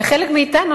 בחלק מאתנו,